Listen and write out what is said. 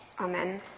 Amen